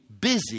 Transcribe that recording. busy